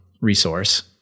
resource